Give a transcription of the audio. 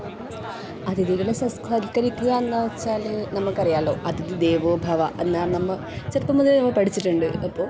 അതിഥികളെ സത്കരിക്കുക എന്ന് വെച്ചാല് നമുക്കറിയാമല്ലോ അതിഥി ദേവോ ഭവ എന്നാന്ന് നമ്മൾ ചെറുപ്പം മുതലേ നമ്മൾ പഠിച്ചിട്ടുണ്ട് അപ്പോൾ